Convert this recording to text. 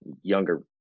younger